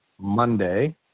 Monday